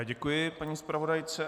Děkuji paní zpravodajce.